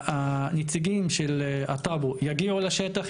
נציגים של הטאבו יגיעו לשטח,